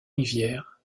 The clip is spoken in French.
rivières